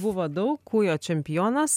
buvo daug kūjo čempionas